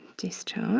discharge